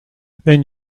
then